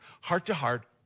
heart-to-heart